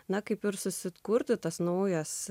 na kaip ir susikurti tas naujas